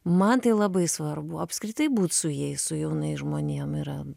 man tai labai svarbu apskritai būt su jais su jaunais žmonėm yra